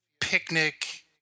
picnic